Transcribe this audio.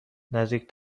نزدیک